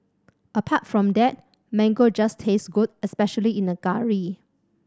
apart from that mango just tastes good especially in a curry